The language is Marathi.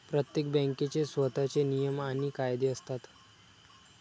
प्रत्येक बँकेचे स्वतःचे नियम आणि कायदे असतात